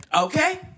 okay